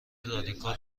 رادیکال